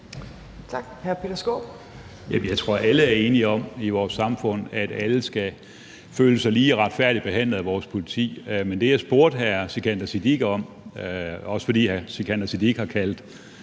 i vores samfund er enige om, at alle skal føle sig lige og retfærdigt behandlet af vores politi. Men det, jeg spurgte hr. Sikandar Siddique om – også fordi hr. Sikandar Siddique har kaldt